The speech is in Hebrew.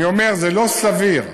זה לא סביר,